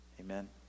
Amen